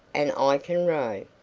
and i can row.